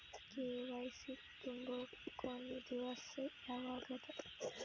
KYC ತುಂಬೊ ಕೊನಿ ದಿವಸ ಯಾವಗದ?